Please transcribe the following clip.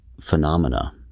phenomena